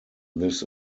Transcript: this